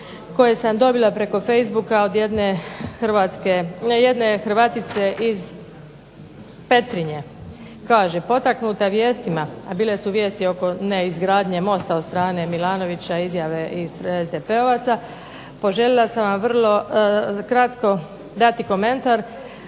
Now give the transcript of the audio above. koje sam dobila preko facebooka od jedne hrvatske, jedne Hrvatice iz Petrinje. Kaže potaknuta vijestima, a bile su vijesti oko neizgradnje mosta od strane Milanovića, izjave iz SDP-ovaca poželjela sam vam vrlo kratko dati komentar